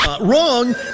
wrong